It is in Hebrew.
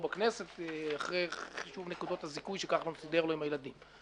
בכנסת אחרי חישוב נקודות הזיכוי שכחלון סידר לו עם הילדים.